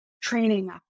training